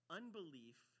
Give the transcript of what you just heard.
unbelief